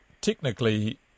technically